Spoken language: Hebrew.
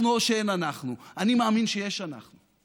בכולנו אין אנשים שחושבים כמו בני בגין?